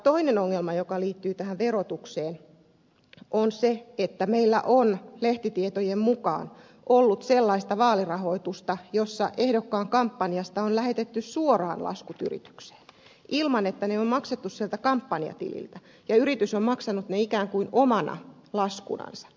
toinen ongelma joka liittyy tähän verotukseen on se että meillä on lehtitietojen mukaan ollut sellaista vaalirahoitusta jossa ehdokkaan kampanjasta on lähetetty suoraan laskut yritykseen ilman että ne on maksettu sieltä kampanjatililtä ja yritys on maksanut ne ikään kuin omana laskunaan